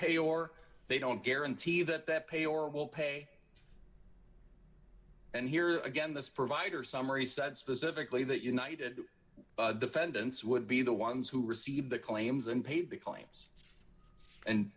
pay or they don't guarantee that their pay or will pay and here again this provider summary said specifically that united defendants would be the ones who received the claims and paid the claims and